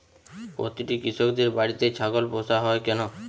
প্রতিটি কৃষকদের বাড়িতে ছাগল পোষা হয় কেন?